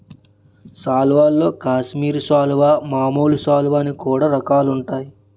సాల్వల్లో కాశ్మీరి సాలువా, మామూలు సాలువ అని కూడా రకాలుంటాయి